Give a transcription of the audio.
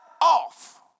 off